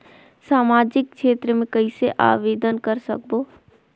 समाजिक क्षेत्र मे कइसे आवेदन कर सकबो?